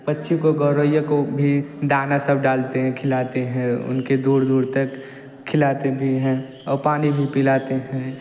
पक्षी को गौरैया को भी दाना सब डालते हैं खिलाते हैं उनके दूर दूर तक खिलाते भी हैं और पानी भी पिलाते हैं